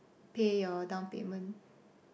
pay your down payment